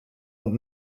und